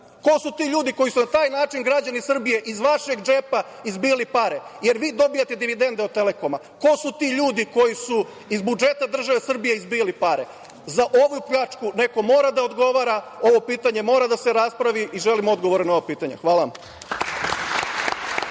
Ko su ti ljudi koji su na taj način, građani Srbije, iz vašeg džepa izbijali pare, jer vi dobijate dividende od „Telekoma“? Ko su ti koji su iz budžeta države Srbije izbijali pare? Za ovu pljačku neko mora da odgovara. Ovo pitanje mora da se raspravi i želim odgovore na ova pitanja. Hvala vam.